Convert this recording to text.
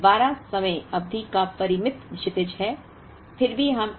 अब 12 समय अवधि का परिमित क्षितिज है